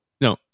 No